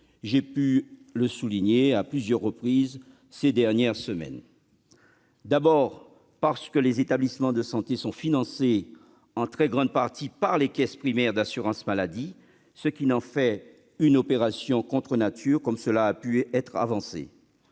j'ai pu le souligner à plusieurs reprises, au cours des dernières semaines. D'abord, les établissements de santé sont financés en très grande partie par les caisses primaires d'assurance maladie, ce qui n'en fait donc pas une opération contre nature, comme cela a pu être avancé.